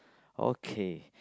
okay